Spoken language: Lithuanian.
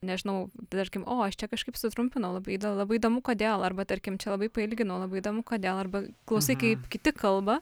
nežinau tarkim o aš čia kažkaip sutrumpinau labai labai įdomu kodėl arba tarkim čia labai pailginau labai įdomu kodėl arba klausai kaip kiti kalba